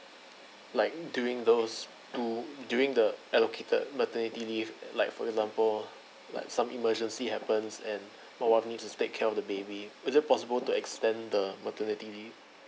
like during those to during the alocated maternity leave at like for example like some emergency happens and my wife needs to take care of the baby is it possible to extend the maternity leave